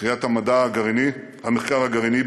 הקריה למחקר גרעיני,